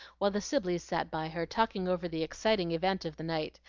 while the sibleys sat by her talking over the exciting event of the night,